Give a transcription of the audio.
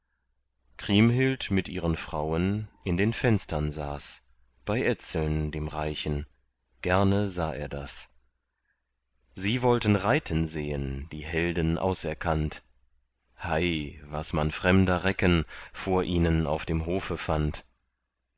kriemhild mit ihren frauen in den fenstern saß bei etzeln dem reichen gerne sah er das sie wollten reiten sehen die helden auserkannt hei was man fremder recken vor ihnen auf dem hofe fand